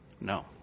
No